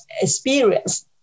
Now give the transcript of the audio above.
experience